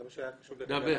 זה מה שהיה חשוב לי לומר קודם.